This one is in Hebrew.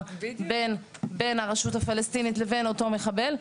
בין הרשות הפלסטינית לבין אותו מחבל.